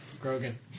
Grogan